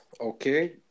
Okay